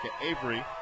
Avery